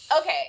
Okay